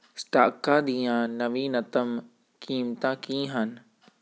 ਸਟਾਕਾਂ ਦੀਆਂ ਨਵੀਨਤਮ ਕੀਮਤਾਂ ਕੀ ਹਨ